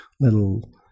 little